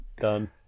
Done